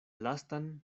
lastan